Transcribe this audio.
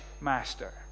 master